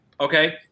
Okay